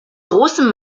großen